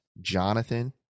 Jonathan